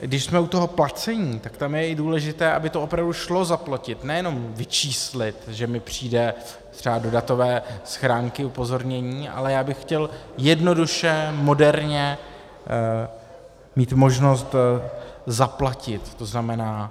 Když jsme u toho placení, tak tam je i důležité, aby to opravdu šlo zaplatit, nejenom vyčíslit, že mi přijde třeba do datové schránky upozornění, ale já bych chtěl jednoduše, moderně mít možnost zaplatit, to znamená,